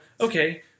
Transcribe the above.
okay